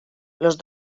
los